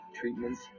treatments